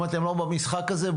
אם אתם במשחק הזה,